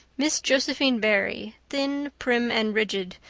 miss josephine barry, thin, prim, and rigid,